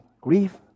grief